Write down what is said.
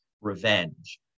revenge